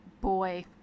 boy